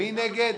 מי נגד?